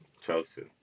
Chelsea